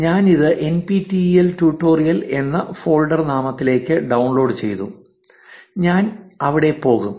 ഞാൻ ഇത് N P T E L tutorial എന്ന ഫോൾഡർ നാമത്തിലേക്ക് ഡൌൺലോഡ് ചെയ്തു ഞാൻ അവിടെ പോകും